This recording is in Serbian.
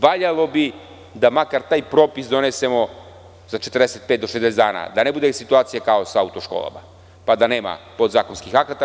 Valjalo bi da makar taj propis donesemo za 45 do 60 dana, da ne bude situacija kao sa auto-školama pa da nema podzakonskih akata.